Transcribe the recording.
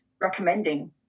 recommending